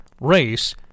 race